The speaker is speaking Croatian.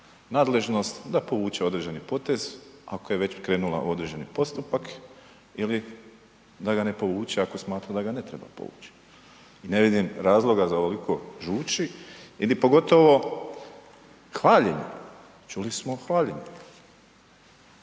nadležnost da povuče određeni potez ako je već krenula u određeni postupak ili da ga ne povuče ako smatra da ga ne treba povući. Ne vidim razloga za ovoliko žući i ni pogotovo hvaljenje, čuli smo hvaljenje.